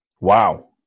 Wow